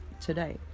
today